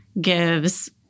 gives